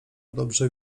dobrze